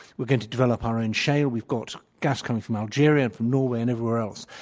we're going to develop our own shale. we've got gas coming from algeria, from norway, and everywhere else.